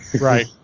Right